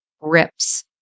rips